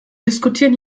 diskutieren